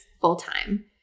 full-time